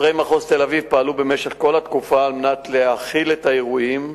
שוטרי מחוז תל-אביב פעלו במשך כל התקופה על מנת להכיל את האירועים,